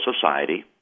Society